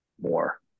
more